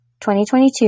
2022